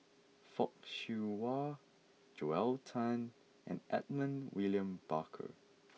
Fock Siew Wah Joel Tan and Edmund William Barker